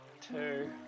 two